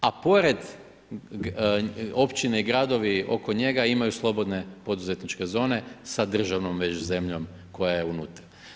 A pored općine i gradovi oko njega imaju slobodne poduzetničke zone sa državnom već zemljom koja je unutra.